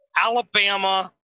Alabama